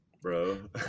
Bro